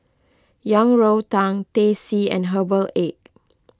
Yang Rou Tang Teh C and Herbal Egg